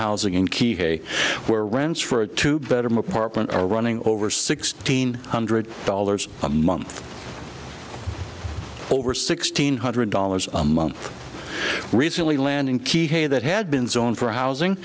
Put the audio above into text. housing in key hey where rents for a two bedroom apartment are running over sixteen hundred dollars a month over sixteen hundred dollars a month recently landing key hay that had been zone for housing